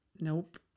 nope